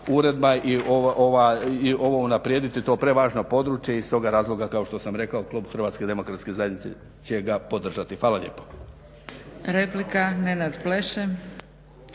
uredba i ovo unaprijediti to prevažno područje i iz toga razloga kao što sam rekao Klub Hrvatske demokratske zajednice će ga podržati. Hvala lijepo.